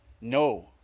No